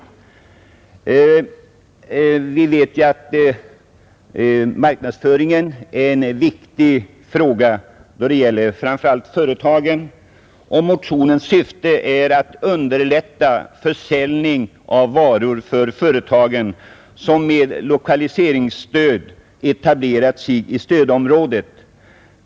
Vi vet att marknadsföring är en viktig fråga för företagen, och motionens syfte är att underlätta försäljning av varor för företag, som med lokaliseringsstöd etablerat sig i stödområdet.